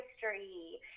history